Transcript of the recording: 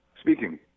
Speaking